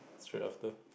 straight after